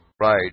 Right